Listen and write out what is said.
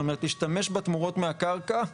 זאת אומרת להשתמש בתמורות מהקרקע,